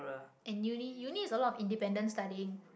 and uni uni is a lot of independent studying